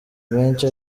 menshi